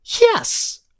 Yes